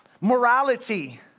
morality